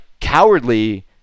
cowardly